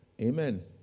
Amen